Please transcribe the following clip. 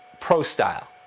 pro-style